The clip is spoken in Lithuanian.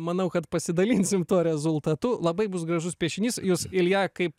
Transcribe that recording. manau kad pasidalinsim tuo rezultatu labai bus gražus piešinys jūs ilja kaip